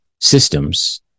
systems